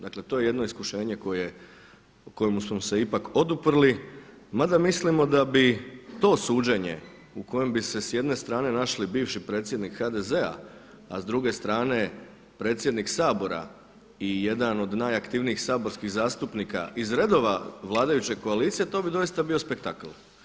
Dakle to je jedno iskušenje kojemu smo se ipak oduprli, mada mislimo da bi to suđenje u kojem bi se s jedne strane našli bivši predsjednik HDZ-a, a s druge strane predsjednik Sabora i jedan od najaktivnijih saborskih zastupnika iz redova vladajuće koalicije, to bi doista bio spektakl.